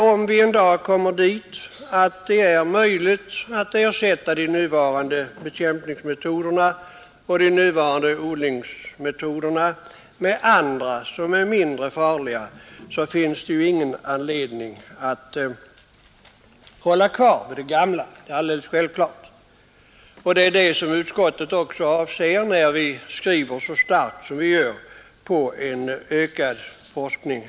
Om vi en dag kommer så långt, att det blir möjligt att ersätta de nuvarande bekämpningsmetoderna och de nuvarande odlingsmetoderna med andra, som är mindre farliga, finns det naturligtvis ingen anledning att hålla kvar det gamla. Det är också det som utskottet avser när vi skriver så starkt som vi gör om en ökad forskning.